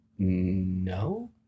No